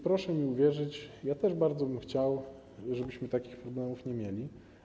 Proszę mi wierzyć: też bardzo bym chciał, żebyśmy takich problemów nie mieli.